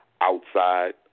outside